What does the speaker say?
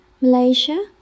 Malaysia